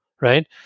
right